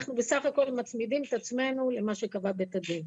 אנחנו בסך הכל מצמידים את עצמנו למה שקבע בית הדין.